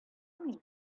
мин